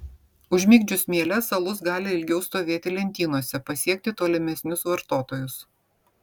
užmigdžius mieles alus gali ilgiau stovėti lentynose pasiekti tolimesnius vartotojus